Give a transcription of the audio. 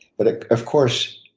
but ah of course,